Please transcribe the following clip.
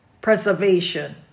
preservation